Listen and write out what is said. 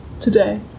today